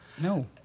No